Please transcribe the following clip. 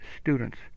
students